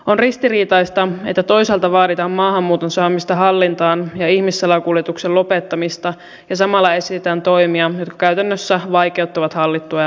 on ristiriitaista että toisaalta vaaditaan maahanmuuton saamista hallintaan ja ihmissalakuljetuksen lopettamista ja samalla esitetään toimia jotka käytännössä vaikeuttavat hallittua ja laillista maahantuloa